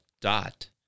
dot